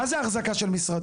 מה זה אחזקה של משרדים?